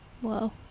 Whoa